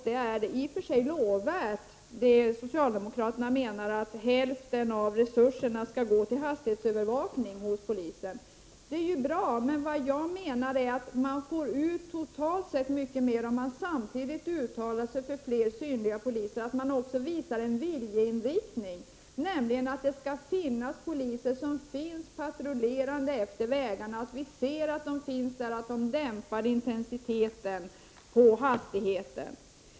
Det är i och för sig lovvärt när socialdemokraterna säger att hälften av polisens resurser skall gå till hastighetsövervakning. Det är bra, men vad jag menar är att man får ut totalt sett mycket mer om man samtidigt uttalar sig för fler synliga poliser. Det är viktigt att visa en viljeinriktning, nämligen att det skall finnas poliser som patrullerar efter vägarna, så att trafikanterna ser att de finns där. Det gör att trafikintensiteten dämpas.